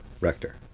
rector